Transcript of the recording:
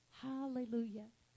hallelujah